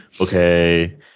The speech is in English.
okay